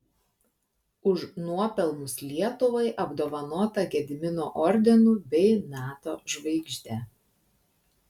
už nuopelnus lietuvai apdovanota gedimino ordinu bei nato žvaigžde